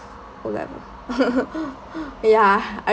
O level ya I